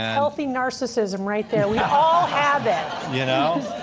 healthy narcissism right there. we all have it. you know?